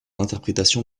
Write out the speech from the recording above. interprétation